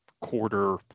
quarter